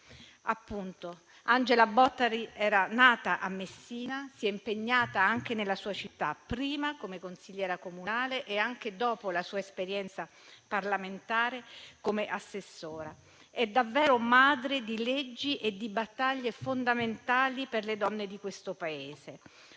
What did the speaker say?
Angela Bottari era nata a Messina, si è impegnata anche nella sua città, prima come consigliera comunale e anche dopo la sua esperienza parlamentare come assessore. È davvero madre di leggi e di battaglie fondamentali per le donne di questo Paese.